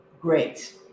great